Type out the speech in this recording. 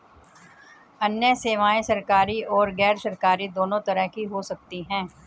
अन्य सेवायें सरकारी और गैरसरकारी दोनों तरह की हो सकती हैं